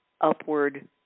upward